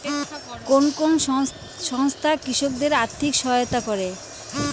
কোন কোন সংস্থা কৃষকদের আর্থিক সহায়তা করে?